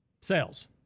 sales